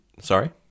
Sorry